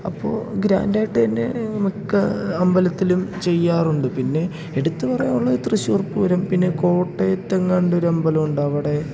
അപ്പോൾ ഗ്രാൻഡായിട്ടുതന്നെ മിക്ക അമ്പലത്തിലും ചെയ്യാറുണ്ട് പിന്നെ എടുത്തു പറയാനുള്ളത് തൃശ്ശൂർപ്പൂരം പിന്നെ കോട്ടയത്തെങ്ങാണ്ട് ഒരമ്പലം ഉണ്ടവിടെ